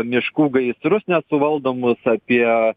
miškų gaisrus nesuvaldomus apie